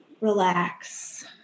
relax